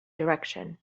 direction